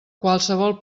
qualsevol